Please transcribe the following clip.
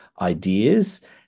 ideas